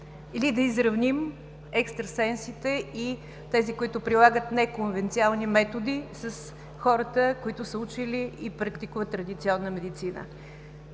или да изравним екстрасенсите и тези, които прилагат неконвенционални методи, с хората, които са учили и практикуват традиционна медицина.